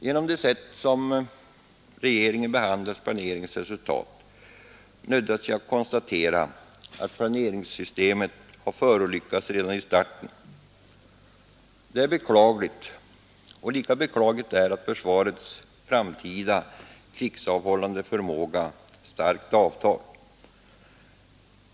Genom det sätt på vilket regeringen behandlat planeringens resultat nödgas jag konstatera att planeringssystemet har förolyckats redan i starten. Det är beklagligt, och lika beklagligt är att försvarets framtida krigsavhållande förmåga starkt avtar.